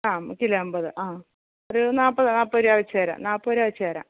ആ കിലോ അൻപത് ആ ഒരു നാൽപ്പത് നാൽപ്പത് രൂപ വെച്ചു തരാം നാൽപ്പതു രൂപ വെച്ചു തരാം